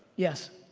yes.